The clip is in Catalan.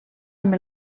amb